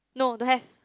no don't have